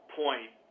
point